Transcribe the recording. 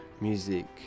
music